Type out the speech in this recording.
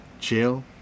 chill